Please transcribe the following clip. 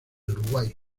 uruguay